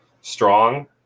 strong